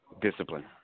discipline